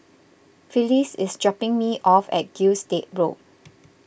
Phyllis is dropping me off at Gilstead Road